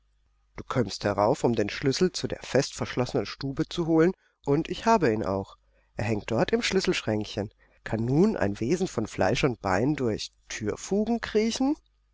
du kömmst herauf um den schlüssel zu der festverschlossenen stube zu holen und ich habe ihn auch er hängt dort im schlüsselschränkchen kann nun ein wesen von fleisch und bein durch thürfugen kriechen